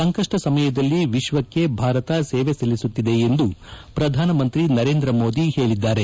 ಸಂಕಪ್ಪ ಸಮಯದಲ್ಲಿ ವಿಶ್ವಕ್ಷೆ ಭಾರತ ಸೇವೆ ಸಲ್ಲಿಸುತ್ತಿದೆ ಎಂದು ಪ್ರಧಾನಮಂತ್ರಿ ನರೇಂದ್ರ ಮೋದಿ ಹೇಳಿದ್ದಾರೆ